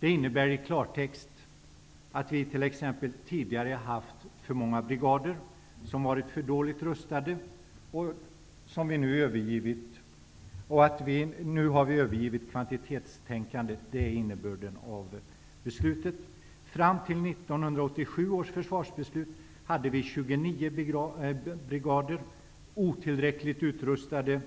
Det innebär i klartext att vi tidigare haft för många brigader som varit för dåligt rustade och som vi nu har övergivit. Innebörden av beslutet är att vi har övergivit kvantitetstänkandet. Fram till 1987 års försvarsbeslut hade vi 29 brigader. De var otillräckligt utrustade.